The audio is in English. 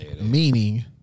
meaning